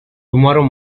tomorrow